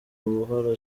buhoro